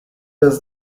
does